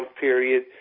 period